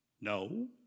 No